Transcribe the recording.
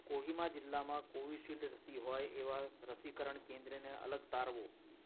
કોહિમા જિલ્લામાં કોવિશીલ્ડ રસી હોય એવાં રસીકરણ કેન્દ્રને અલગ તારવો